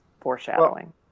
foreshadowing